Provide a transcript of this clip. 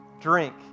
drink